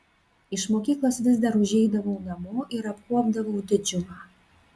iš mokyklos vis dar užeidavau namo ir apkuopdavau didžiumą